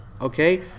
okay